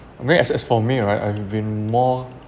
whereas as for me right I have been more